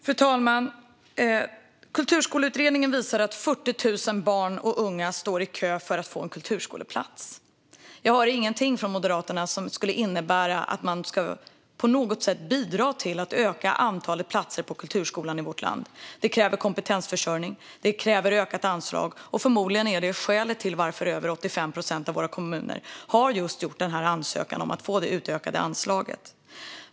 Fru talman! Kulturskoleutredningen visade att 40 000 barn och unga står i kö för att få en kulturskoleplats. Jag hör ingenting från Moderaterna som skulle innebära att man på något sätt ska bidra till att öka antalet platser på kulturskolan i vårt land. Det kräver kompetensförsörjning och ökat anslag, och förmodligen är det skälet till att över 85 procent av våra kommuner just har ansökt om att få det utökade anslaget.